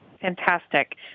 Fantastic